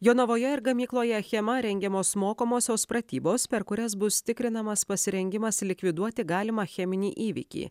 jonavoje ir gamykloje achema rengiamos mokomosios pratybos per kurias bus tikrinamas pasirengimas likviduoti galimą cheminį įvykį